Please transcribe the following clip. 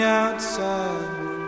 outside